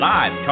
Live